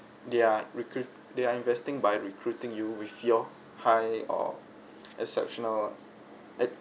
their recruit they are investing by recruiting you with your high or exceptional